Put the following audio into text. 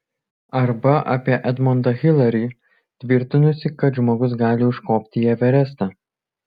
arba apie edmondą hilarį tvirtinusį kad žmogus gali užkopti į everestą